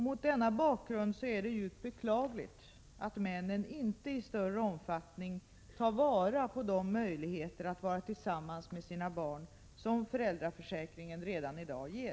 Mot denna bakgrund är det djupt beklagligt att männen inte i större omfattning tar vara på de möjligheter att vara tillsammans med sina barn som föräldraförsäkringen redan i dag ger.